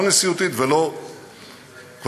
לא נשיאותית ולא קווזי-נשיאותית,